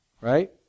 right